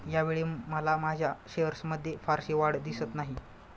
यावेळी मला माझ्या शेअर्समध्ये फारशी वाढ दिसत नाही